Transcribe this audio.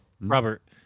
Robert